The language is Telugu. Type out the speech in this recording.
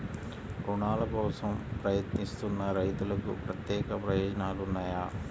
రుణాల కోసం ప్రయత్నిస్తున్న రైతులకు ప్రత్యేక ప్రయోజనాలు ఉన్నాయా?